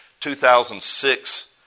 2006